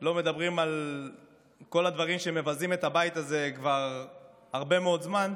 ולא מדברים על כל הדברים שמבזים את הבית הזה כבר הרבה מאוד זמן,